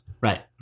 right